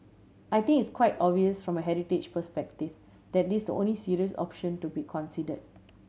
I think it's quite obvious from a heritage perspective that is the only serious option to be consider